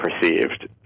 perceived